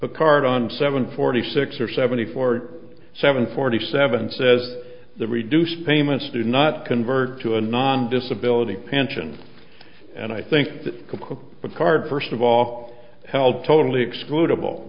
a card on seven forty six or seventy four seven forty seven says the reduced payments do not convert to a non disability pension and i think that what card first of all held totally exclud